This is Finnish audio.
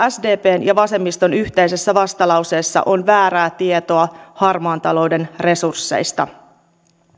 sdpn ja vasemmiston yhteisessä vastalauseessa on väärää tietoa harmaan talouden resursseista